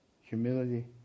humility